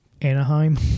Anaheim